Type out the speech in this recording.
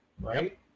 Right